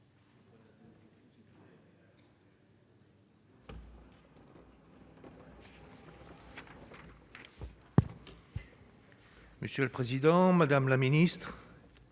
Monsieur le président, madame la ministre,